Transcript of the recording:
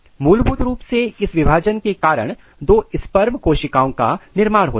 मूलभूत रूप से इस विभाजन के कारण दो स्पर्म कोशिकाओं का निर्माण होता है